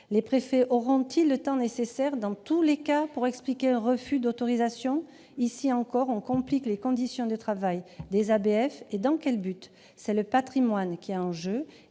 Les préfets auront-ils le temps nécessaire, dans tous les cas, pour expliquer un refus d'autorisation ? Ici encore, on complique les conditions de travail des ABF, et à quelle fin ? C'est le patrimoine qui est en jeu,